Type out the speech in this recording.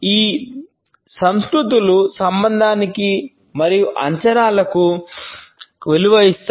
ఈ సంస్కృతులు సంబంధానికి మరియు అంచనాలకు విలువ ఇస్తాయి